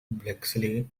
bexley